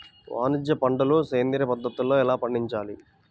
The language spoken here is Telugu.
వాణిజ్య పంటలు సేంద్రియ పద్ధతిలో ఎలా పండించాలి?